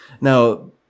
Now